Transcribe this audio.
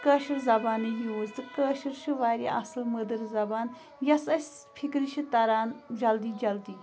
کٲشِر زبانٕے یوٗز تہٕ کٲشُر چھِ واریاہ اصٕل مٔدٕر زَبان یۄس أسۍ فِکرِ چھِ تَران جلدی جلدی